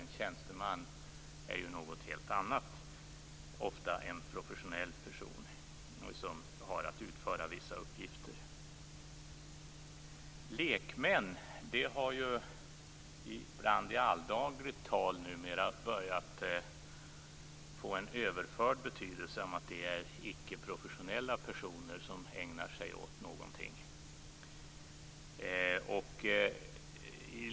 En tjänsteman är något helt annat, ofta en professionell person som har att utföra vissa uppgifter. Lekmän har numera i alldagligt tal börjat få en överförd betydelse av icke professionella personer som ägnar sig åt någon verksamhet.